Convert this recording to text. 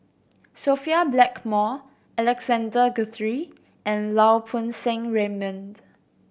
Sophia Blackmore Alexander Guthrie and Lau Poo Seng Raymond